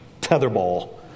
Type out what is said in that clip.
Tetherball